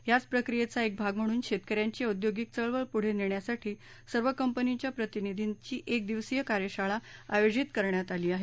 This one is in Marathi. याच प्रक्रियेचा एक भाग म्हणून शेतकऱ्यांची औद्योगिक चळवळ पुढे नेण्यासाठी सर्व कंपनीच्या प्रतिनिधींची एक दिवशीय कार्यशाळा आयोजित करण्यात आली आहे